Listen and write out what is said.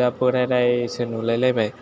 दा बोराय रायसो नुलाय लायबाय